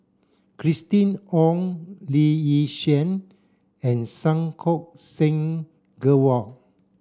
Christina Ong Lee Yi Shyan and Santokh Singh Grewal